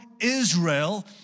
Israel